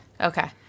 Okay